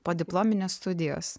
podiplominės studijos